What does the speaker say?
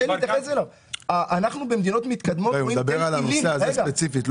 אנחנו במדינות -- דבר על הנושא הזה ספציפית.